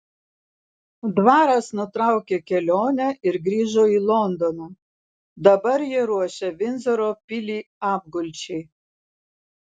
dvaras nutraukė kelionę ir grįžo į londoną dabar jie ruošia vindzoro pilį apgulčiai